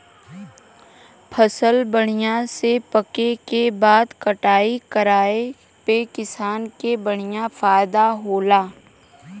फसल बढ़िया से पके क बाद कटाई कराये पे किसान क बढ़िया फयदा होला